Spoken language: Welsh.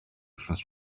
wythnos